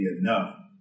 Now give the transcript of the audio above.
enough